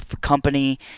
company